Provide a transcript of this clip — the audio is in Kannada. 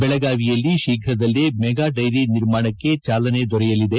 ಬೆಳಗಾವಿಯಲ್ಲಿ ಶೀಘ್ರದಲ್ಲೇ ಮೆಗಾ ಡೈರಿ ನಿರ್ಮಾಣಕ್ಕೆ ಚಾಲನೆ ದೊರೆಯಲಿದೆ